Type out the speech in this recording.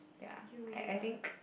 you really are